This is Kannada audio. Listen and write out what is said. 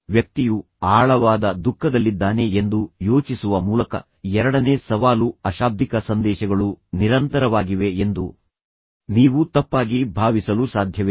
ವ್ಯಕ್ತಿಯು ಆಳವಾದ ದುಃಖದಲ್ಲಿದ್ದಾನೆ ಎಂದು ಯೋಚಿಸುವ ಮೂಲಕ ಎರಡನೇ ಸವಾಲು ಅಶಾಬ್ದಿಕ ಸಂದೇಶಗಳು ನಿರಂತರವಾಗಿವೆ ಎಂದು ನೀವು ತಪ್ಪಾಗಿ ಭಾವಿಸಲು ಸಾಧ್ಯವಿಲ್ಲ